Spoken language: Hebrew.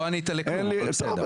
לא ענית לכלום, אבל בסדר.